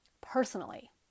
personally